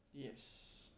yes